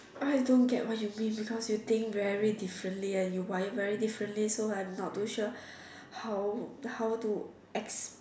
I don't get what you mean because you think very differently and you wire very differently so I'm not to sure how how to ex